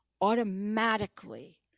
automatically